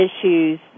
issues